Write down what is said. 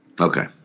Okay